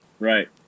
right